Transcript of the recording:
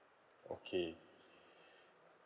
okay